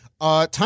Time